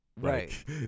Right